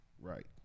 right